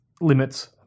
limits